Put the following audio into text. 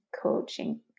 coaching